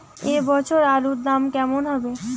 এ বছর আলুর দাম কেমন হবে?